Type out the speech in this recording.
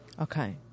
Okay